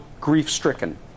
grief-stricken